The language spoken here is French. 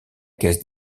caisse